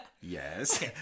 yes